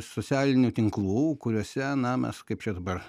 socialinių tinklų kuriuose na mes kaip čia dabar